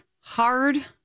hard